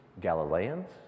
Galileans